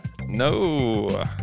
No